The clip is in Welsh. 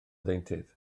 ddeintydd